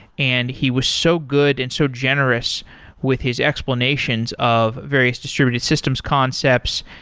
and he was so good and so generous with his explanations of various distributed systems concepts.